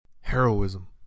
heroism